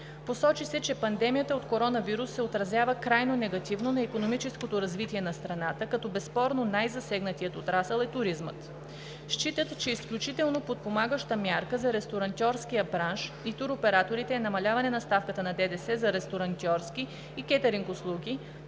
Посочи се, че пандемията от коронавирус се отразява крайно негативно на икономическото развитие на страната, като безспорно най-засегнатият отрасъл е туризмът. Считат, че изключително подпомагаща мярка за ресторантьорския бранш и туроператорите е намаляване на ставката на ДДС за ресторантьорски и кетъринг услуги,